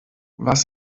was